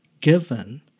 given